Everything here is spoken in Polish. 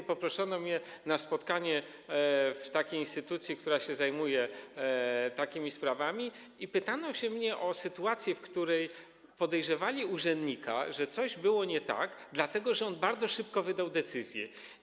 Zaproszono mnie na spotkanie w instytucji, która się zajmuje takimi sprawami, i pytano mnie o sytuację, w której podejrzewano urzędnika, że coś było nie tak, dlatego że on bardzo szybko wydał decyzję.